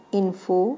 info